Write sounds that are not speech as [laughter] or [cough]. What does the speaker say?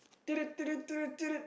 [noise]